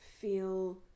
Feel